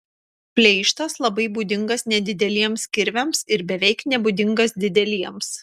pleištas labai būdingas nedideliems kirviams ir beveik nebūdingas dideliems